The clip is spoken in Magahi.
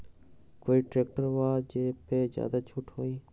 कोइ ट्रैक्टर बा जे पर ज्यादा छूट हो?